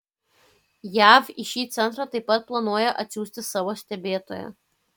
jav į šį centrą taip pat planuoja atsiųsti savo stebėtoją